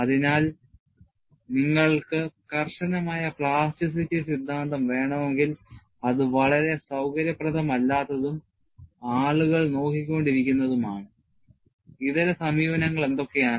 അതിനാൽ നിങ്ങൾക്ക് കർശനമായ plasticity സിദ്ധാന്തം വേണമെങ്കിൽ അത് വളരെ സൌകര്യപ്രദമല്ലാത്തതും ആളുകൾ നോക്കിക്കൊണ്ടിരിക്കുന്നതുമാണ് ഇതര സമീപനങ്ങൾ എന്തൊക്കെയാണ്